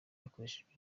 hakoreshejwe